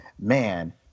Man